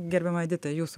gerbiama edita jūsų